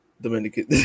Dominican